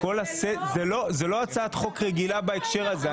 זו לא הצעת חוק רגילה בהקשר הזה.